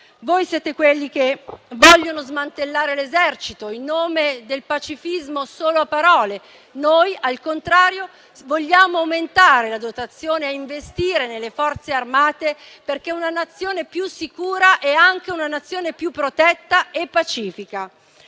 Voi siete quelli che vogliono smantellare l'esercito in nome del pacifismo solo a parole. Noi, al contrario, vogliamo aumentare la dotazione ed investire nelle Forze armate, perché una Nazione più sicura è anche una Nazione più protetta e pacifica.